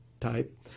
type